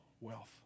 wealth